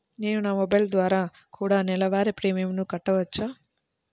నేను నా మొబైల్ ద్వారా కూడ నెల వారి ప్రీమియంను కట్టావచ్చా?